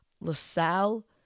LaSalle